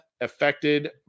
affected